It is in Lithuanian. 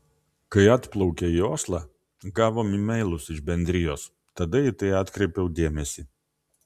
kai atplaukė į oslą gavom e mailus iš bendrijos tada į tai atkreipiau dėmesį